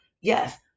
Yes